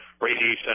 radiation